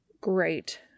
Great